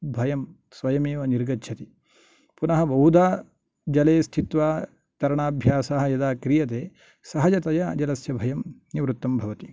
भयं स्वयम् एव निर्गच्छति पुनः बहुधा जले स्थित्वा तरणाभ्यासः यदा क्रीयते सहजतया जलस्य भयं निवृत्तं भवति